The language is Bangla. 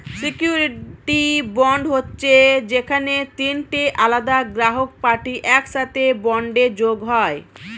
সিউরিটি বন্ড হচ্ছে যেখানে তিনটে আলাদা গ্রাহক পার্টি একসাথে বন্ডে যোগ হয়